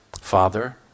Father